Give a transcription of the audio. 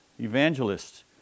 evangelists